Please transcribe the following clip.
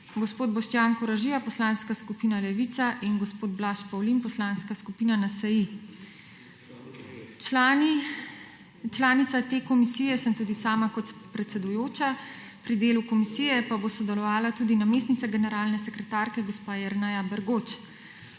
gospod Boštjan Koražija Poslanska skupina Levica in gospod Blaž Pavlin Poslanska skupina NSi. Članica te komisije sem tudi sama kot predsedujoča. Pri delu komisije pa bo sodelovala tudi namestnica generalne sekretarka gospa Jerneja Bergoč.